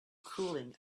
cooling